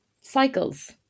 cycles